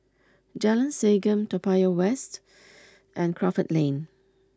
Jalan Segam Toa Payoh West and Crawford Lane